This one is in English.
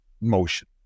motion